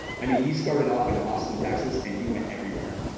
i mean he started off in austin, texas and he went everywhere.